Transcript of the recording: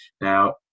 Now